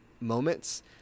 moments